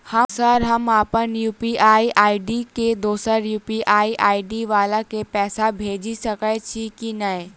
Sir हम अप्पन UPI ID सँ दोसर यु.पी.आई आई.डी वला केँ पैसा भेजि सकै छी नै?